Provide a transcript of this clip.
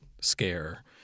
scare